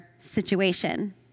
situation